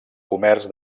comerç